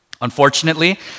Unfortunately